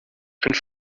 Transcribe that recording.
and